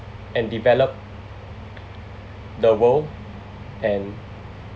and develop the world and